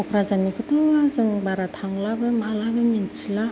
कक्राझारनि खौथ' जों बारा थांलाबो मालाबो मिथिला